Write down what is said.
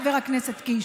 חבר הכנסת קיש,